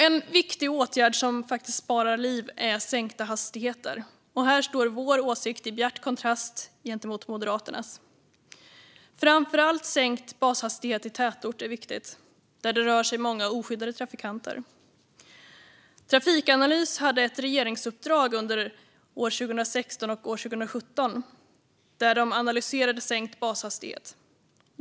En viktig åtgärd som sparar liv är sänkta hastigheter. Här står vår åsikt i bjärt kontrast till Moderaternas. Framför allt är det viktigt med sänkt bashastighet i tätort, där det rör sig många oskyddade trafikanter. Trafikanalys hade under 2016 och 2017 ett regeringsuppdrag där de analyserade sänkt bashastighet.